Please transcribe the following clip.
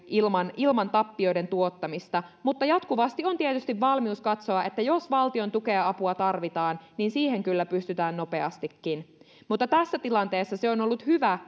ilman ilman tappioiden tuottamista mutta jatkuvasti on tietysti valmius katsoa että jos valtion tukea ja apua tarvitaan niin siihen kyllä pystytään nopeastikin mutta tässä tilanteessa on ollut hyvä